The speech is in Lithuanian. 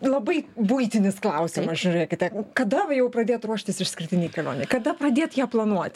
labai buitinis klausimas žiūrėkite kada va jau pradėt ruoštis išskirtinei kelionei kada pradėt ją planuoti